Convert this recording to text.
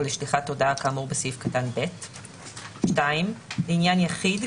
לשליחת הודעה כאמור בסעיף קטן (ב); (2) לעניין יחיד,